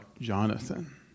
Jonathan